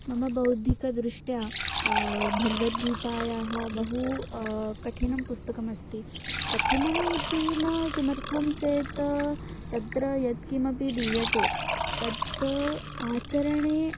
मम बौद्धिकदृष्ट्या भगवद्गीतायाः बहु कठिनं पुस्तकमस्ति कठिनम् इति न किमर्थं चेत् तत्र यत्किमपि दीयते तत्त् आचरणे